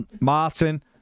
Martin